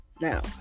Now